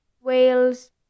Wales